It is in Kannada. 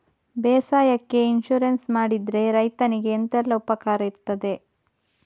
ಬೇಸಾಯಕ್ಕೆ ಇನ್ಸೂರೆನ್ಸ್ ಮಾಡಿದ್ರೆ ರೈತನಿಗೆ ಎಂತೆಲ್ಲ ಉಪಕಾರ ಇರ್ತದೆ?